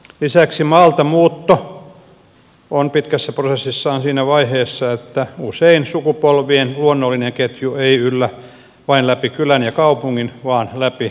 lisäksi maaltamuutto on pitkässä prosessissaan siinä vaiheessa että usein sukupolvien luonnollinen ketju ei yllä vain läpi kylän ja kaupungin vaan läpi suomen